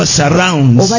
surrounds